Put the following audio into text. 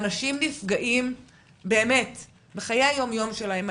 ואנשים נפגעים בחיי היום-יום שלהם.